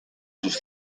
sus